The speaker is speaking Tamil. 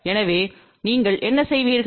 எனவே நீங்கள் என்ன செய்வீர்கள்